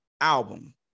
album